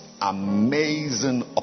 amazing